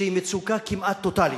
שהיא מצוקה כמעט טוטלית.